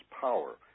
power